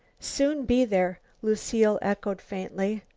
soon be there, lucile echoed faintly.